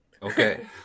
Okay